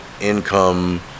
income